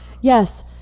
yes